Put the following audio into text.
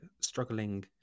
struggling